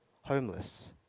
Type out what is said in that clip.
homeless